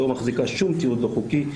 היא לא מחזיקה שום תיעוד לא חוקי.